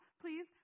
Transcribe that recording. Please